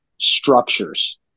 structures